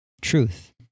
truth